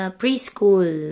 preschool